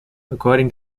according